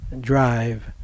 drive